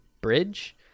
bridge